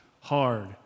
hard